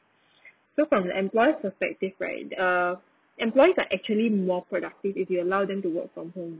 so from the employer's perspective right uh employees are actually more productive if you allow them to work from home